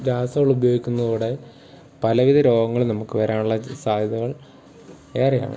രാസവളം ഉപയോഗിക്കുന്നതോടെ പലവിധ രോഗങ്ങളും നമുക്ക് വരാനുള്ള സാധ്യതകൾ ഏറെയാണ്